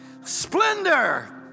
Splendor